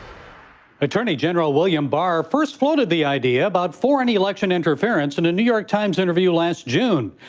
attorney general william barr first floated the idea about for an election interference in a new york times interview last june,